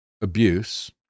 abuse